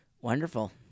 Wonderful